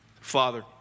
Father